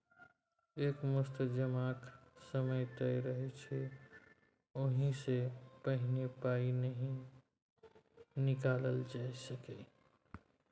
एक मुस्त जमाक समय तय रहय छै ओहि सँ पहिने पाइ नहि निकालल जा सकैए